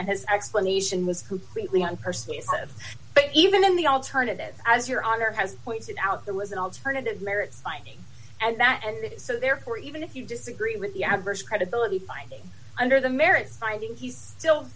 and his explanation was completely on perseus but even in the alternative as your honor has pointed out there was an alternative merits finding and that and that is so therefore even if you disagree with the adverse credibility finding under the merits finding he's still